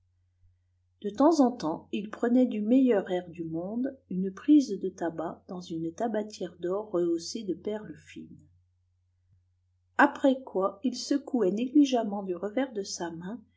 de temps en temps il prenait du meilleur air du monde une prise de tabac dans une tabatière d'or rehaussée de perles fines après quoi il secouait négligemment du revers de sa main